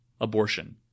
Abortion